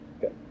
Good